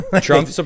Trump